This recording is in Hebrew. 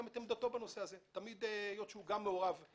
את עמדתו בנושא הזה היות והוא גם מעורב בכל ההליכים.